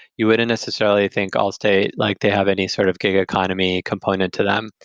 you wouldn't necessarily think allstate, like they have any sort of gig economy component to them.